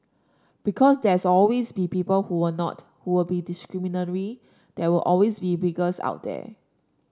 because there's always be people who'll not who'll be discriminatory there will always be bigots out there